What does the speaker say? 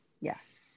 Yes